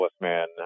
man